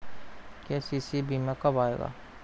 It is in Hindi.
के.सी.सी बीमा कब आएगा?